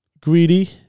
Greedy